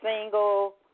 single